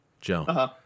Joe